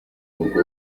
mukobwa